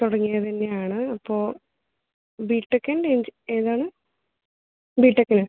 തുടങ്ങിയതന്നാണ് അപ്പോൾ B tech and എൻജി ഏതാന്ന് ബി ടെക്